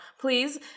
please